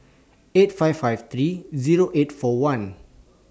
eight five five three Zero eight four one